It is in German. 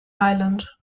island